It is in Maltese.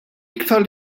iktar